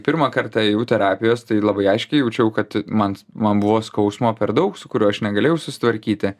pirmą kartą ėjau terapijos tai labai aiškiai jaučiau kad man man buvo skausmo per daug su kuriuo aš negalėjau susitvarkyti